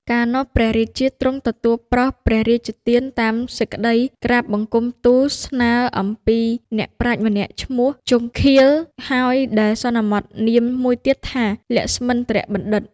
កាលនោះ ព្រះរាជាទ្រង់ទទួលប្រោសព្រះរាជទានតាមសេចក្តីក្រាបបង្គំទូលស្នើអំពីអ្នកប្រាជ្ញម្នាក់ឈ្មោះ ជង្ឃាល ហើយដែលសន្មតនាមមួយទៀតថា លក្ស្មិន្ទ្របណ្ឌិត ។